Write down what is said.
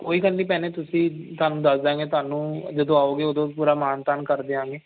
ਕੋਈ ਗੱਲ ਨਹੀਂ ਭੈਣੇ ਤੁਸੀਂ ਤੁਹਾਨੂੰ ਦੱਸ ਦਾਂਗੇ ਤੁਹਾਨੂੰ ਜਦੋਂ ਆਓਗੇ ਉਦੋਂ ਪੂਰਾ ਮਾਨ ਤਾਨ ਕਰ ਦਿਆਂਗੇ